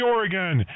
Oregon